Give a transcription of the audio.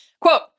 Quote